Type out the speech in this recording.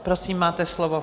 Prosím, máte slovo.